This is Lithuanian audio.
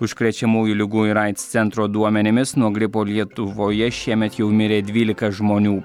užkrečiamųjų ligų ir aids centro duomenimis nuo gripo lietuvoje šiemet jau mirė dvylika žmonių